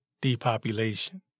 depopulation